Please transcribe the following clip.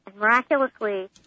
miraculously